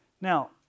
Now